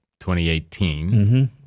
2018